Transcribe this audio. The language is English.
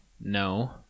no